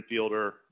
infielder